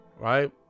right